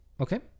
Okay